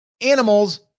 animals